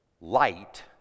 light